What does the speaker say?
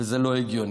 וזה לא הגיוני.